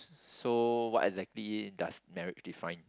so what exactly does marriage define